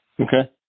okay